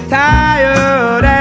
tired